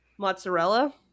Mozzarella